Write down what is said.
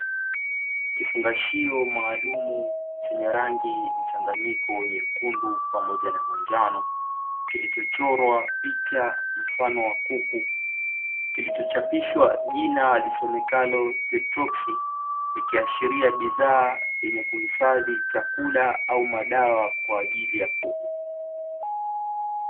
Kifungashio maalumu chenye rangi mchanganyiko nyekundu pamoja na manjano, kilichochorwa picha mfano wa kuku, kilichochapishwa jina lisomekalo "Tetroxy", ikiashiria bidhaa yenye kuhifadhi chakula au madawa kwa ajili ya kuku.